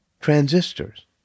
transistors